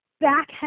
back